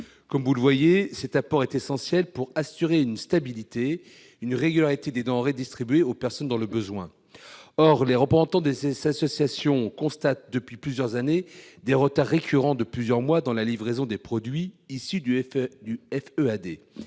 Comme vous le voyez, cet apport est essentiel pour assurer une stabilité et une régularité des denrées distribuées aux personnes dans le besoin. Or les représentants de ces associations constatent depuis plusieurs années des retards récurrents de plusieurs mois dans la livraison des produits issus du FEAD.